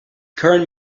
current